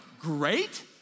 great